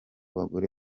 bagore